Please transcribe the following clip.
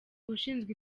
ushinzwe